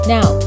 Now